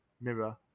mirror